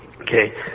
Okay